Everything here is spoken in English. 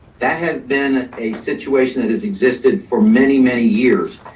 that has been a situation that has existed for many, many years.